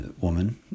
woman